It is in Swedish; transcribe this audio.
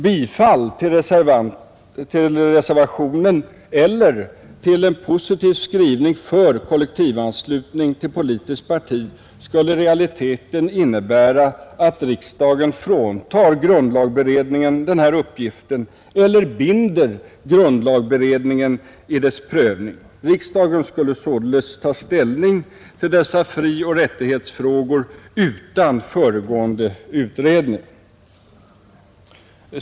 Bifall till reservationen eller till en positiv skrivning för kollektiv anslutning till politiskt parti skulle i realiteten innebära att riksdagen fråntar grundlagberedningen den här uppgiften eller binder grundlagberedningen i dess prövning. Riksdagen skulle således ta ställning till dessa frioch rättighetsfrågor utan föregående utredning.